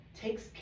takes